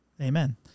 amen